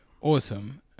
awesome